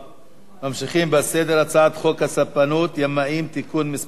אנחנו ממשיכים בסדר-היום: הצעת חוק הספנות (ימאים) (תיקון מס' 5),